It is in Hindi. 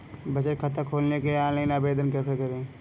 बचत खाता खोलने के लिए ऑनलाइन आवेदन कैसे करें?